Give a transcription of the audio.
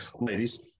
ladies